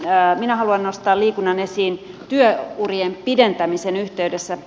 minä haluan nostaa liikunnan esiin työurien pidentämisen yhteydessä